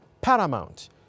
paramount